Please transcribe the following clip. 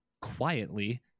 quietly